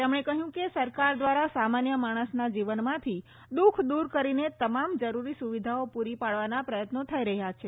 તેમણે કહ્યું કે સરકાર દ્વારા સામાન્ય માણસના જીવનમાંથી દુઃખ દૂર કરીને તમામ જરૂરી સુવિધાઓ પૂરી પાડવાના પ્રયત્નો થઈ રહ્યા છે